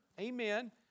amen